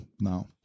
now